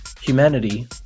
Humanity